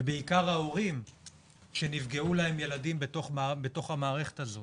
ובעיקר ההורים שנפגעו להם ילדים בתוך המערכת הזו,